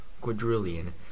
quadrillion